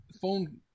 phone